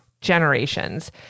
generations